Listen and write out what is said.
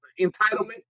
entitlement